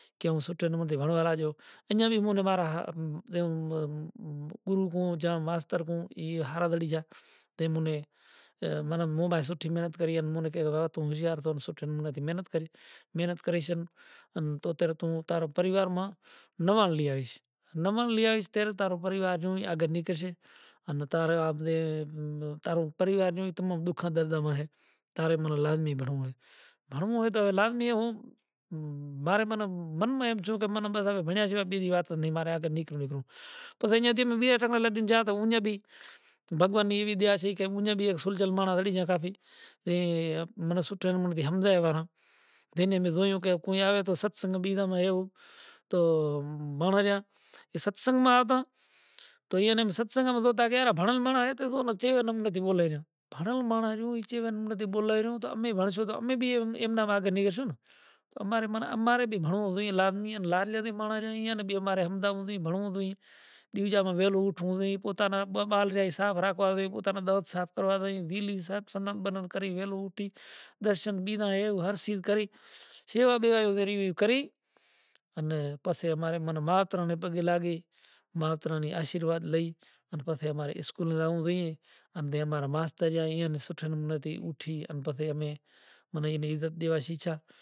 کے اوئے سوٹھے نو بھنڑ وارا جوں اینجا بھی مونے مارا ھا تے ام ام گُرو کہو کی ماستر کہو کی ای ھاڑا دریجا تے مونے منما سوٹھی محنت کرین اے مونے کہےگار تو ھوشیار تو سوٹھے میں نے محنت کری ، محنت کریشن ان توں تار توں پریوار مانوا لئی آئیش نمن لئی آئیش تو تار پریوار جوں آ نی کرشے ان تارے اپڑے تاروں پریوار ایو دکھ درد ما ھے تارے کہے لازمی بھنڑو ھے بھنڑو تہ مے لازمی ھوں بھاری من، من ما جوں بھنڑا شوائے بیجی وات اج نہیں مارے آگاڑ نی کوں نی کوں پس اینا تی بیہ اٹل دونجا تہ انیا بی بھگوان نی ایوی دیا تھئی کہ منجھا بی اک سوجل مانڑس اری جائے کافی اے من سوٹھا بی ھمجھائے ورا تینے میں جویوں کہ کوئی آوے تو ستھسن بیجا نا ایووں تو بھنڑوا جا ایاں ستھسن ما ھتا تو این میں ستھسن ما جوتا گیا بھنڑل ما آئے تھے تو چیوا نمنے تھی بولائی رہیا بھنڑل ماڑیں رہیو اے چیوا نمنے تھی بولائی رہیو تو امے بھنڑشوں توں امے بھی ایمنا وادے ھشو۔ تو اماری من اماری بھی بھنڑووں صحیح ھے لازمی ھے انے لازمی بھی بھنڑو جائیے انے ھمدا ھوتی بھنڑووں جوئیے دیوجا ما ویلو اٹھووں جوئیے ای پوتا نا بال رہے اساں راکھو آھی ہوتا نوں دوت صاف کروا رہیو گیلیوں شہ شنم بنم کری ویلو اٹھی درشن بنا ایوو ھرشیو کری شیوا بیوا ایویوں کری انے پسے مارے ماتڑن نے پگی لاگی ماتڑا نی آشرواد لئی انے مارے اسکول جاؤں جوئیے انے مارا ماسترا ایئن سوٹھے نمنے تھی اٹھے انے پسے امے منے ایوی عزت دیوا شھیشا۔